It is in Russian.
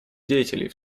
деятелей